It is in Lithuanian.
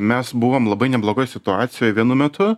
mes buvom labai neblogoj situacijoj vienu metu